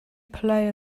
play